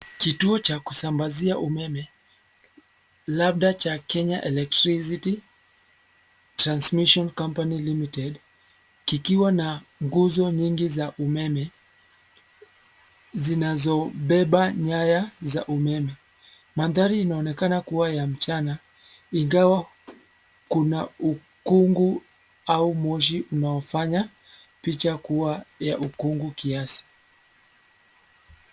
Kituo cha kusambazia umeme, labda cha Kenya Electricity, Transmission Company Limited, kikiwa na, nguzo nyingi za umeme, zinazobeba nyaya za umeme, mandhari inaonekana kuwa ya mchana, ingawa, kuna ukungu, au moshi unaofanya, picha kuwa ya ukungu kiasi.